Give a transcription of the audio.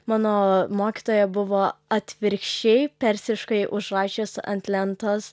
mano mokytoja buvo atvirkščiai persiškai užrašius ant lentos